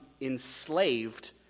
enslaved